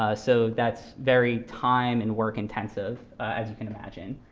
ah so that's very time and work-intensive, as you can imagine.